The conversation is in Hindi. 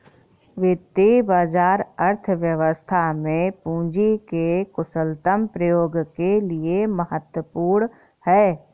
वित्तीय बाजार अर्थव्यवस्था में पूंजी के कुशलतम प्रयोग के लिए महत्वपूर्ण है